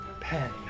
Pen